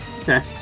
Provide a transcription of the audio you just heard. Okay